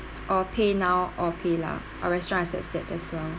or PayNow or PayLah our restaurant accept that as well